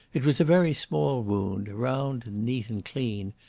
it was a very small wound, round and neat and clean,